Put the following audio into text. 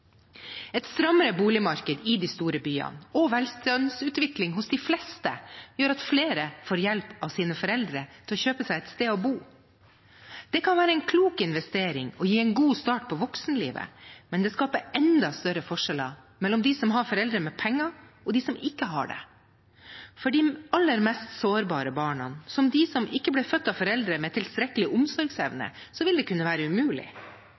Et strammere boligmarked i de store byene og velstandsutvikling hos de fleste gjør at flere får hjelp av sine foreldre til å kjøpe seg et sted å bo. Det kan være en klok investering og gi en god start på voksenlivet, men det skaper enda større forskjeller mellom dem som har foreldre med penger, og dem som ikke har det. For de aller mest sårbare barna, som de som ikke ble født av foreldre med tilstrekkelig omsorgsevne, vil det kunne være umulig.